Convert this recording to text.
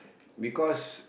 because